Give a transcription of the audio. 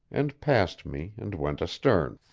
and passed me, and went astern.